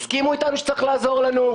הסכימו איתנו שצריך לעזור לנו.